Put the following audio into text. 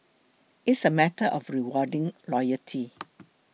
it's a matter of rewarding loyalty